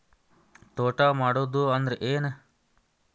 ತೋಟ ಮಾಡುದು ಅಂದ್ರ ಏನ್?